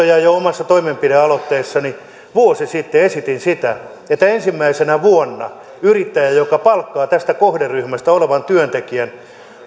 ja jo omassa toimenpidealoitteessani vuosi sitten esitin että ensimmäisenä vuonna yrittäjä joka palkkaa tästä kohderyhmästä työntekijän